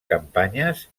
campanyes